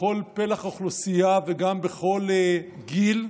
בכל פלח אוכלוסייה וגם בכל גיל.